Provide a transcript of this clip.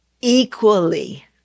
Equally